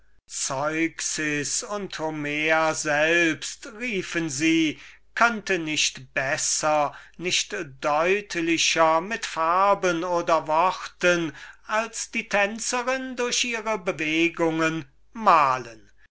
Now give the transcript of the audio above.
zeuxes und homer selbst riefen sie konnte nicht besser nicht deutlicher mit farben oder worten als die tänzerin durch ihre bewegungen malen